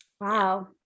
Wow